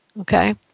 okay